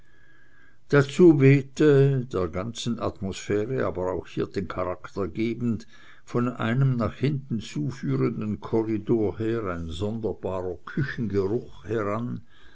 dazu wehte der ganzen atmosphäre auch hier den charakter gebend von einem nach hinten zu führenden korridor her ein sonderbarer küchengeruch heran